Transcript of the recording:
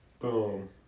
Boom